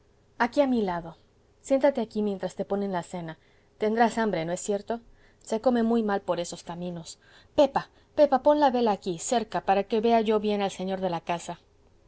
aquí a mi lado siéntate aquí mientras te ponen la cena tendrás hambre no es cierto se come muy mal por esos caminos pepa pepa pon la vela aquí cerca para que vea yo bien al señor de la casa